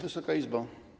Wysoka Izbo!